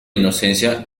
inocencia